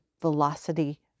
Velocity